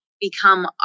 become